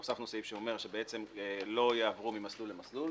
הוספנו סעיף שאומר שלא יעברו ממסלול למסלול.